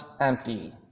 empty